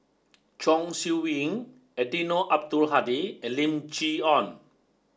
Chong Siew Ying Eddino Abdul Hadi and Lim Chee Onn